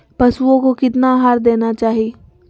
पशुओं को कितना आहार देना चाहि?